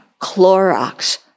Clorox